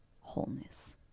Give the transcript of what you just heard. wholeness